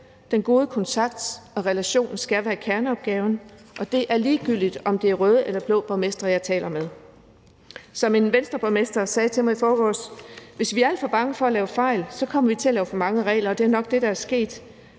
Den gode kontakt og relationen skal være kerneopgaven, og det gælder ligegyldigt, om det er røde eller blå borgmestre, jeg taler med. Som en Venstreborgmester sagde til mig i forgårs: Hvis vi er alt for bange for at lave fejl, kommer vi til at lave for mange regler, og det er nok det, der er sket.